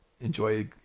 enjoy